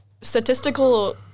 statistical